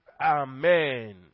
Amen